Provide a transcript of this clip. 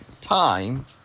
time